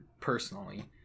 personally